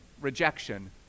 rejection